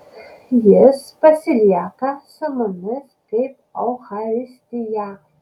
jis pasilieka su mumis kaip eucharistija